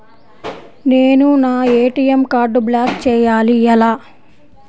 నేను నా ఏ.టీ.ఎం కార్డ్ను బ్లాక్ చేయాలి ఎలా?